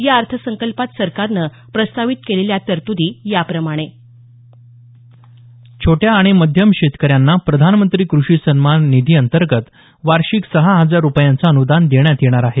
या अर्थसंकल्पात सरकारनं प्रस्तावित केलेल्या तरतूदी याप्रमाणे छोट्या आणि मध्यम शेतकऱ्यांना प्रधानमंत्री कृषी सन्मान निधीअंतर्गत वार्षिक सहा हजार रुपयांचं अनुदान देण्यात येणार आहे